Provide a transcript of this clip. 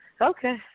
Okay